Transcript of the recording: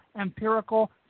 empirical